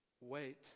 wait